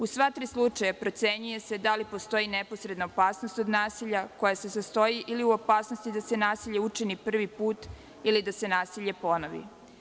U sva tri slučaja procenjuje se da li postoji neposredna opasnost od nasilja, koja se sastoji ili u opasnosti da se nasilje učini prvi put ili da se nasilje ponovi.